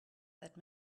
that